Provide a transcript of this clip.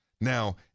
Now